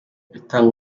itanga